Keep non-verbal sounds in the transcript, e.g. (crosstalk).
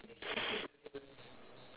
(noise)